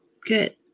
Good